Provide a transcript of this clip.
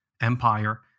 empire